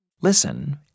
Listen